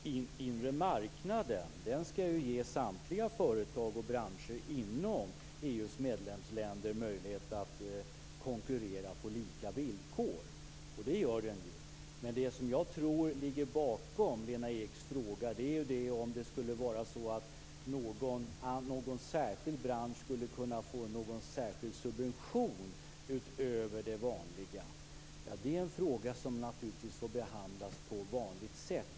Fru talman! Den inre marknaden skall ju ge samtliga företag och branscher inom EU:s medlemsländer möjlighet att konkurrera på lika villkor, och det gör den ju. Men det som jag tror ligger bakom Lena Eks fråga är ju om någon särskild bransch skulle kunna få någon särskild subvention utöver det vanliga. Det är en fråga som naturligtvis får behandlas på vanligt sätt.